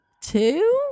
Two